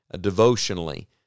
devotionally